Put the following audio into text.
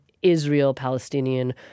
israel-palestinian